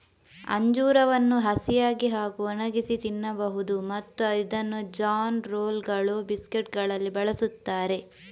ಅಂಜೂರವನ್ನು ಹಸಿಯಾಗಿ ಹಾಗೂ ಒಣಗಿಸಿ ತಿನ್ನಬಹುದು ಮತ್ತು ಇದನ್ನು ಜಾನ್ ರೋಲ್ಗಳು, ಬಿಸ್ಕೆಟುಗಳಲ್ಲಿ ಬಳಸುತ್ತಾರೆ